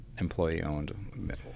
Employee-owned